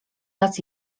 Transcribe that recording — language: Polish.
las